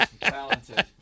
Talented